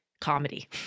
comedy